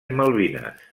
malvines